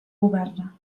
governa